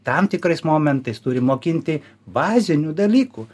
tam tikrais momentais turi mokinti bazinių dalykų